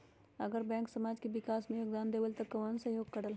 अगर बैंक समाज के विकास मे योगदान देबले त कबन सहयोग करल?